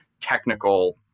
technical